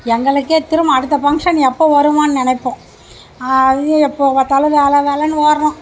எங்களுக்கே திரும்ப அடுத்த ஃபங்க்ஷன் எப்போ வரும்மான்னு நினப்போம் அது எப்போ பார்த்தாலும் வேலை வேலைன்னு ஓடுகிறோம்